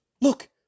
Look